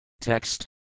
Text